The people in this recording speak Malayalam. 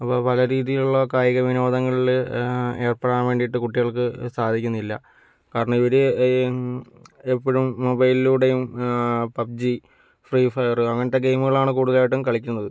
അപ്പോൾ പല രീതിയിലുള്ള കായിക വിനോദങ്ങളിൽ ഏർപ്പെടാൻ വേണ്ടിയിട്ട് കുട്ടികൾക്ക് സാധിക്കുന്നില്ല കാരണം ഇവർ എപ്പോഴും മൊബൈലിലൂടെയും പബ്ജി ഫ്രീ ഫയർ അങ്ങനത്തെ ഗെയിമുകളാണ് കൂടുതലായിട്ടും കളിക്കുന്നത്